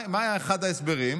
מה היה אחד ההסברים?